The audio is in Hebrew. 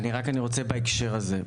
בהקשר הזה.